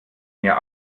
mir